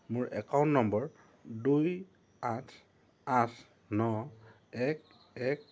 মোৰ account number দুই আঠ আঠ ন এক এক